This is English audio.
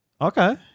Okay